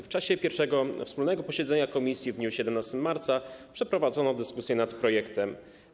W czasie pierwszego wspólnego posiedzenia komisji 17 marca przeprowadzono dyskusję nad projektem.